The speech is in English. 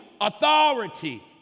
authority